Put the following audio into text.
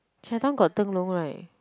Chinatown got 灯笼 right